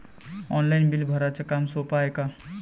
Online bill भराच काम सोपं हाय का?